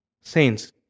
Saints